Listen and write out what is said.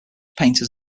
painters